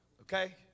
Okay